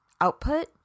output